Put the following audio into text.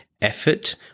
effort